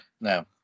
No